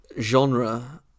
genre